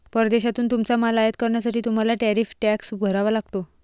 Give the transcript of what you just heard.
परदेशातून तुमचा माल आयात करण्यासाठी तुम्हाला टॅरिफ टॅक्स भरावा लागतो